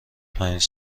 پنج